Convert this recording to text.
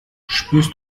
spürst